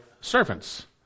servants